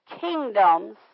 kingdoms